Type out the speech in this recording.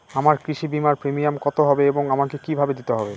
আমার কৃষি বিমার প্রিমিয়াম কত হবে এবং আমাকে কি ভাবে দিতে হবে?